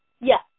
Yes